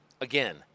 Again